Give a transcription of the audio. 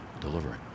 delivering